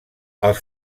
els